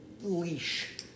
leash